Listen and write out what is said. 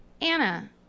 anna